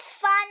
Fun